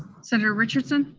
senator richardson?